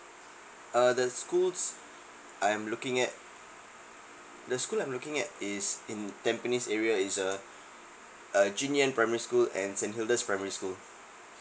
uh the schools I'm looking at the school I'm looking at is in tampines area is err err jun yuan primary school and st. hilda's primary school